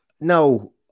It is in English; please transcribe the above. No